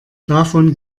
davon